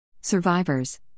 Survivors